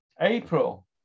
April